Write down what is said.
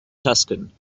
tucson